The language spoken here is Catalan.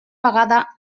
vegada